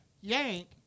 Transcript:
yank